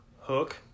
Hook